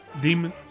Demon